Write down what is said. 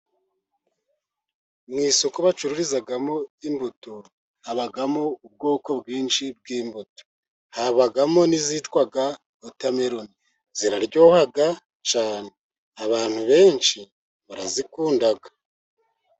Mu isoko bacururizamo imbuto habamo ubwoko bwinshi bw'imbuto, habamo n'izitwa wotameloni ziraryoha cyane, abantu benshi barazikunda.